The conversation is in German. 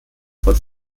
von